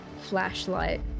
flashlight